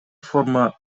форма